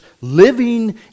living